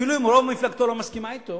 אפילו אם רוב מפלגתו לא מסכימה אתו,